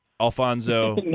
Alfonso